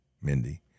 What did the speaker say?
Mindy